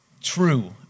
true